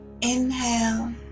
inhale